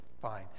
fine